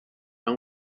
برام